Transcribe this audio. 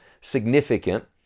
significant